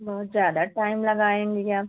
बहुत ज़्यादा टाइम लगाएँगी आप